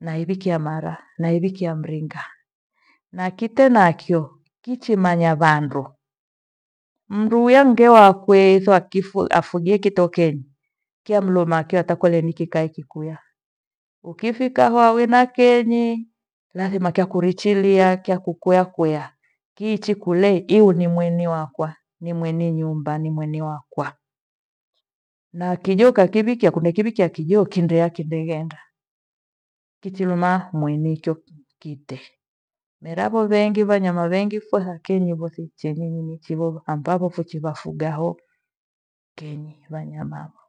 naivikia mara, naivikia mringa. Na kite nakyo, kichimanya vandu. Mndu uya mgewakwe itho akifu- afugie kitokenyi kiya mlo makia atakole nikikae kikuya. Ukifika wawi na kenyi lathima kyakurichilia kyaku kuya kuya. Kiichi kule iwe ni mweni wakwa ni mweni nyumba ni mweni wakwa. Na kijo ukakivikia kunde kivikia kijo kindo yakindeghenda kichilima mwenyi icho ki- kite. Meravo vengi vanayma vengi phahakenyu chenini nichevoha ambapo phochivafugha ho kenyi vanyamavo.